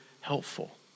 helpful